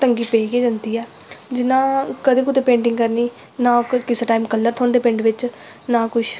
तंगी पेई गै जंदी ऐ जियां कदें कुदै पेंटिंग करनी नां किसे टाइम कलर थ्होंदे पिंड बिच्च नां कुछ